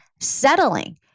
settling